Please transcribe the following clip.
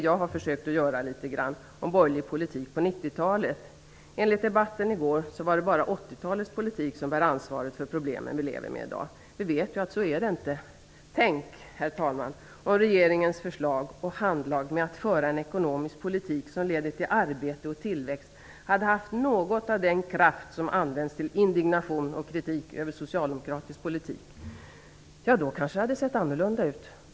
Jag har försökt att litet grand beskriva den borgerliga politiken under 90-talet. Enligt debatten i går är det 80-talets politik som är orsaken till de problem vi lever med i dag. Vi vet att det inte är så. Tänk, herr talman, om regeringens förslag och handlag med att föra en ekonomisk politik som leder till arbete och tillväxt hade haft något av den kraft som används till indignation och kritik av socialdemokratisk politik. Då kanske det hade sett annorlunda ut.